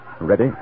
Ready